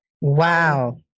Wow